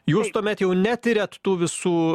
jūs tuomet jau netiriat tų visų